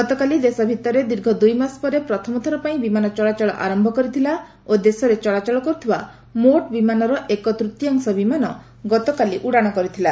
ଗତକାଲି ଦେଶ ଭିତରେ ଦୀର୍ଘ ଦୁଇମାସ ପରେ ପ୍ରଥମଥର ପାଇଁ ବିମାନ ଚଳାଚଳ ଆରମ୍ଭ କରିଥିଲା ଓ ଦେଶରେ ଚଳାଚଳ କରୁଥିବା ମୋଟ୍ ବିମାନର ଏକତ୍ତୀୟାଂଶ ବିମାନ ଗତକାଲି ଉଡ଼ାଣ କରିଥିଲା